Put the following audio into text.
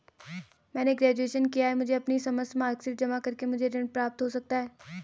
मैंने ग्रेजुएशन किया है मुझे अपनी समस्त मार्कशीट जमा करके मुझे ऋण प्राप्त हो सकता है?